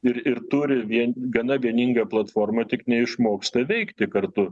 ir ir turi vien gana vieningą platformą tik neišmoksta veikti kartu